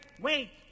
wait